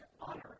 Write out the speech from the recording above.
honor